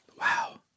Wow